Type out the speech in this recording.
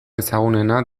ezagunena